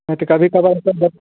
नहि तऽ कभी कदालसब बन्द